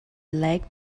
like